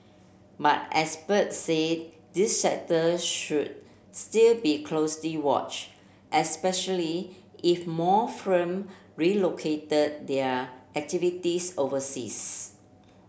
but experts said this sector should still be closely watch especially if more firm relocated their activities overseas